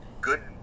good